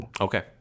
Okay